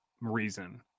reason